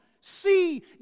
see